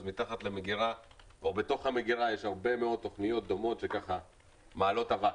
אז מתחת או בתוך המגרה יש הרבה מאוד תוכניות דומות שמעלות מאבק.